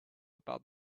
about